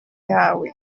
yawe